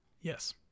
Yes